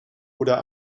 oder